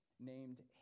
named